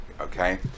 okay